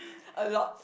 a lot